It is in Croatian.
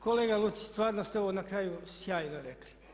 Kolega Lucić stvarno ste ovo na kraju sjajno rekli.